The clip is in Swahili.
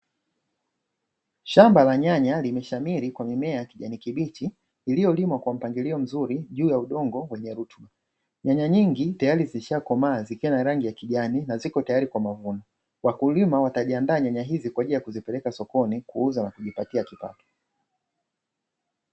Shamba la nyanya limeshamiri kwa mimea ya kijani kibichi iliyolimwa kwa mpangilio mzuri juu ya udongo wenye rutuba. Nyanya nyingi tayari zishakomaa zikiwa na rangi ya kijani na zipo tayari kwa mavuno. Wakulima wataziandaa nyanya hizi na kuzipeleka sokoni kuuza na kujipatia kipato.